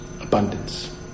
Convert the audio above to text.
abundance